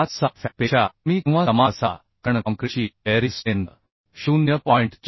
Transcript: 456fck पेक्षा कमी किंवा समान असावा कारण काँक्रीटची बेअरिंग स्ट्रेंथ 0